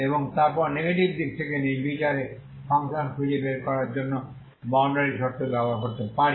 এবং তারপর নেগেটিভ দিক থেকে নির্বিচারে ফাংশন খুঁজে বের করার জন্য বাউন্ডারি শর্ত ব্যবহার করতে পারি